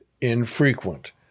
infrequent